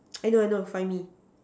I know I know find me